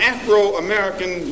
Afro-American